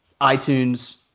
iTunes